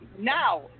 Now